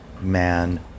man